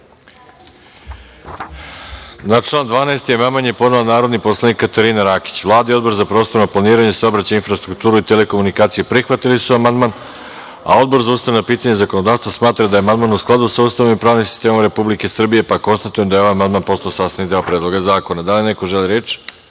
Na član 12. amandman je podnela narodni poslanik Katarina Rakić. Vlada i Odbor za prostorno planiranje, saobraćaj, infrastrukturu i telekomunikacije prihvatili su amandman, a Odbor za ustavna pitanja i zakonodavstvo smatra da je amandman u skladu sa Ustavom i pravnim sistemom Republike Srbije, pa konstatujem da je ovaj amandman postao sastavni deo Predloga zakona. Da li neko želi